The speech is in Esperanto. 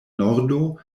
nordo